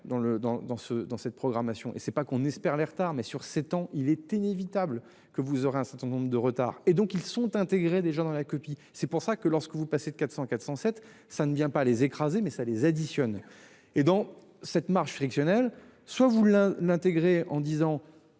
dans cette programmation et c'est pas qu'on espère les retards mais sur 7 ans, il est inévitable que vous aurez un certain nombre de retard et donc ils sont intégrés des gens dans la copie, c'est pour ça que lorsque vous passez de 400 407 ça ne vient pas les écraser, mais ça les additionne. Et dans cette marge frictionnel soit vous l'un intégré en disant